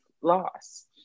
loss